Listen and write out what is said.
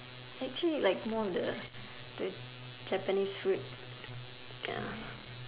actually like more of the the Japanese food ya